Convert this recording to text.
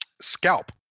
scalp